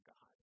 God